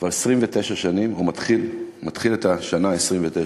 כבר 29 שנים, או: מתחיל את השנה ה-29.